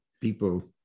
people